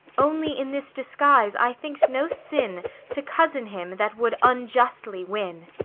only, in this disguise, i think't no sin to cozen him that would unjustly win.